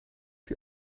die